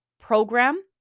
program